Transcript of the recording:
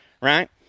right